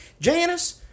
Janice